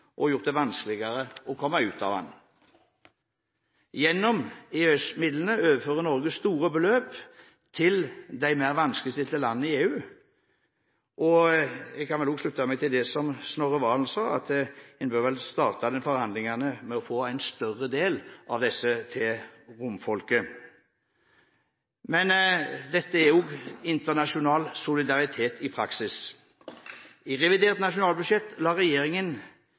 og gjort det vanskeligere å komme ut av den. Gjennom EØS-midlene overfører Norge store beløp til de mer vanskeligstilte landene i EU. Jeg kan vel også slutte meg til det som Snorre Serigstad Valen sa, at en bør starte forhandlingene med at en større del av disse midlene går til romfolket. Dette er internasjonal solidaritet i praksis. I revidert nasjonalbudsjett la regjeringen